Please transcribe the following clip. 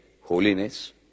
holiness